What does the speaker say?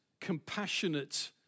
compassionate